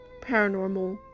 paranormal